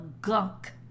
gunk